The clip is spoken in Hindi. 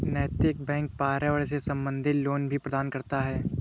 नैतिक बैंक पर्यावरण से संबंधित लोन भी प्रदान करता है